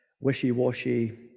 wishy-washy